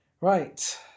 Right